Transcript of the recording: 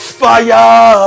fire